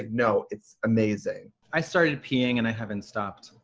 no, it's amazing. i started peeing and i haven't stopped.